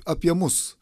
apie mus